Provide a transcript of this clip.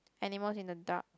animals in the dark